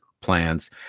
plans